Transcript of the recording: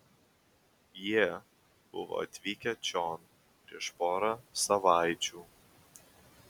jie buvo atvykę čion prieš porą savaičių